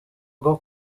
rwo